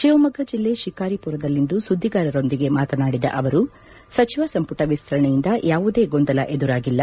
ಶಿವಮೊಗ್ಗ ಜಿಲ್ಲೆ ಶಿಕಾರಿಪುರದಲ್ಲಿಂದು ಸುದ್ದಿಗಾರರೊಂದಿಗೆ ಮಾತನಾಡಿದ ಅವರು ಸಚಿವ ಸಂಪುಟ ವಿಸ್ತರಣೆಯಿಂದ ಯಾವುದೇ ಗೊಂದಲ ಎದುರಾಗಿಲ್ಲ